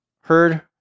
heard